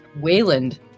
Wayland